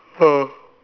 ah